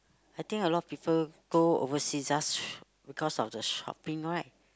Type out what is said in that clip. I think a lot of people go overseas just because of the shopping right